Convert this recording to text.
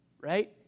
right